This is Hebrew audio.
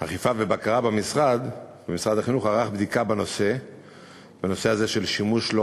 אכיפה ובקרה במשרד החינוך בדיקה בנושא של שימוש לא